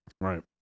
Right